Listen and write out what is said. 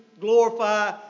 glorify